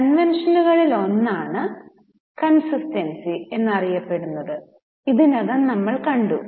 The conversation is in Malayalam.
കൺവെൻഷനുകളിലൊന്ന് കൺസിസ്റ്റൻസി എന്ന് അറിയപ്പെടുന്നത് ഇതിനകം നമ്മൾ കണ്ടു